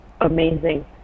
amazing